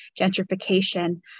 gentrification